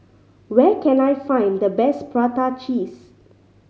where can I find the best prata cheese